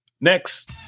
Next